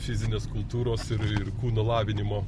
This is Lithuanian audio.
fizinės kultūros ir ir kūno lavinimo